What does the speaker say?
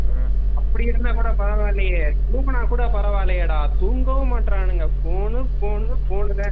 ம் அப்படி இருந்தால் கூட பரவாயில்லையே தூங்கினா கூட பரவாயில்லையேடா தூங்கவும் மாட்டேறாங்க ஃபோனு ஃபோனு ஃபோனுதான்